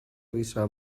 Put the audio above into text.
avisar